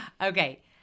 Okay